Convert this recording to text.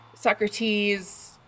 Socrates